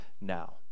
now